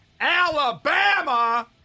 Alabama